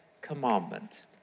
commandment